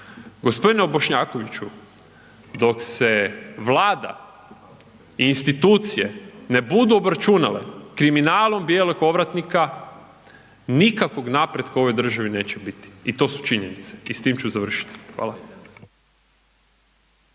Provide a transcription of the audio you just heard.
Gospodine Bošnjakoviću dok se Vlada i institucije ne budu obračunale kriminalom bijelih ovratnika nikakvog napretka u ovoj državi neće biti i to su činjenice i s tim ću završiti. Hvala.